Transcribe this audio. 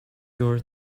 your